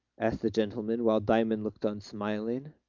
asked the gentleman, while diamond looked on smiling.